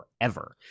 forever